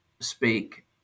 speak